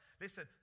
Listen